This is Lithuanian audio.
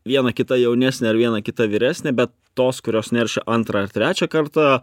viena kita jaunesnė ar viena kita vyresnė be tos kurios neršia antrą ar trečią kartą